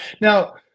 Now